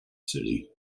city